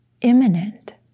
imminent